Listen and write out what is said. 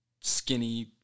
skinny